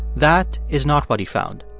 that is not what he found.